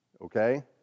Okay